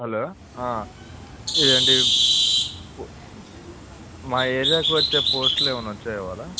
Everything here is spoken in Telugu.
హలో ఏమండి మా ఏరియాకు వచ్చే పోస్టులు ఏమైనా వచ్చాయా ఇవాళ